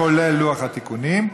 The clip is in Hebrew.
כולל לוח התיקונים.